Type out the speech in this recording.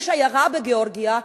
יש עיירה בגאורגיה,